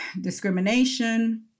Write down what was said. discrimination